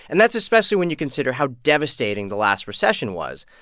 and that's especially when you consider how devastating the last recession was.